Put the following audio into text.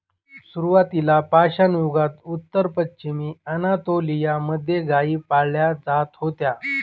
सुरुवातीला पाषाणयुगात उत्तर पश्चिमी अनातोलिया मध्ये गाई पाळल्या जात होत्या